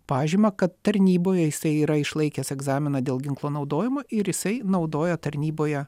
pažymą kad tarnyboje jisai yra išlaikęs egzaminą dėl ginklo naudojimo ir jisai naudojo tarnyboje